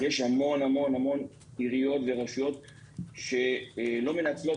יש המון המון המון עיריות ורשויות שלא מנצלות